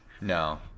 No